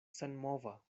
senmova